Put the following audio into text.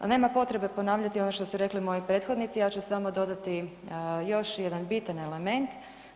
Nema potrebe ponavljati ono što su rekli moji prethodnici ja ću samo dodati još jedan bitan element.